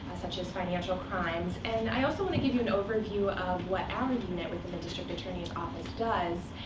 such as financial crimes. and i also want to give you an overview of what our unit within the district attorney's office does,